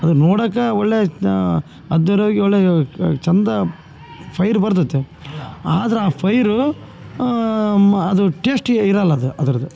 ಅದು ನೋಡೋಕ ಒಳ್ಳೆ ಅದ್ರಾಗ ಒಳ್ಳೆ ಚಂದ ಪೈರ್ ಬರ್ತತೆ ಆದ್ರೆ ಆ ಪೈರು ಅದು ಟೇಸ್ಟಿ ಇರೋಲ್ಲ ಅದು ಅದ್ರದ್ದು